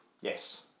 yes